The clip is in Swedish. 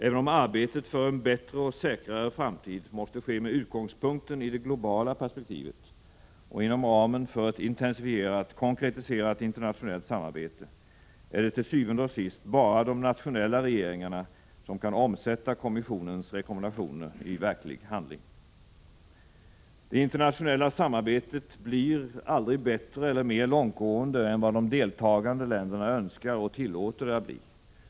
Även om arbetet för en bättre och säkrare framtid måste ske med utgångspunkten i det globala perspektivet och inom ramen för ett intensifierat, konkretiserat internationellt samarbete, är det til syvende og sidst bara de nationella regeringarna som kan omsätta kommissionens rekommendationer i verklig handling. Det internationella samarbetet blir aldrig bättre eller mer långtgående än vad de deltagande länderna önskar och tillåter det att bli.